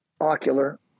Ocular